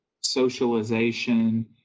socialization